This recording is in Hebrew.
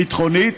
ביטחונית,